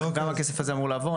גם הכסף הזה אמור לעבור,